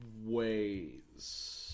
ways